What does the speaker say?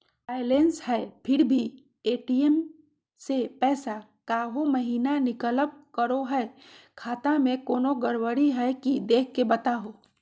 Balance है फिर भी भी ए.टी.एम से पैसा काहे महिना निकलब करो है, खाता में कोनो गड़बड़ी है की देख के बताहों?